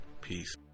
peace